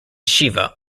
shiva